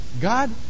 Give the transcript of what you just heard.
God